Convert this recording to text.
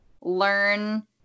learn